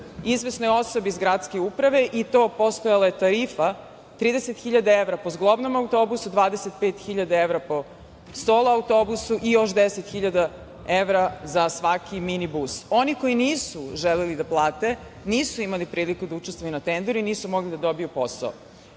izvesnoj osobi iz gradske uprave. Postojala je tarifa 30.000 evra po zglobnom autobusu, 25.000 evra po solo autobusu i još 10.000 evra za svaki minibus. Oni koji nisu želeli da plate, nisu imali priliku da učestvuju na tenderu i nisu mogli da dobiju posao. Dakle,